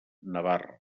navarra